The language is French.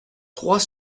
trois